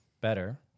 better